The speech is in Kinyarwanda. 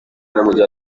n’umujyi